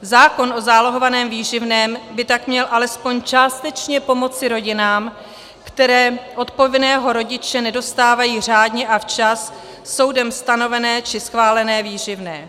Zákon o zálohovaném výživném by tak měl alespoň částečně pomoci rodinám, které od povinného rodiče nedostávají řádně a včas soudem stanovené či schválené výživné.